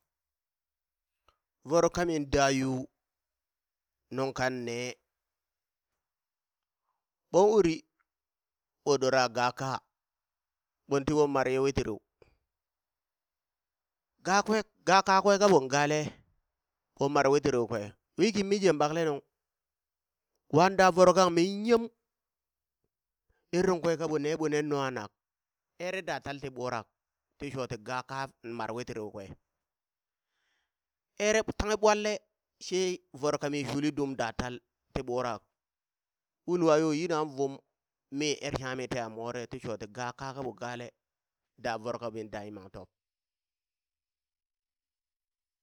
Voro ka min da yuu nung kan nee, ɓon uri, ɓo ɗora gaa kaa, ɓon tiɓon mare ye witiriu. gakwe ga kakwe kaɓon gale, ɓon mare witiriu kwe, wi kimi mijen ɓakle nung, wan da voro kang min yem! er nung kwe kaɓo nee ɓo nen nung kanak, ere da talti ɓurak ti shoti gaa kaa mar witiriu kwe, ere tanghe ɓwalle she voro kamin shuli dum da tal ti ɓurak, wulwa yo yinan vum, mi ere shangha mi teha more ti shoti gaa kaa kaɓo gale, da voro ka min da yimam top.